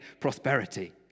prosperity